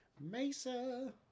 Mesa